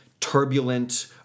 turbulent